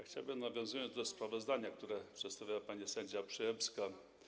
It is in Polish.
Chciałbym nawiązać do sprawozdania, które przedstawiła pani sędzia Przyłębska.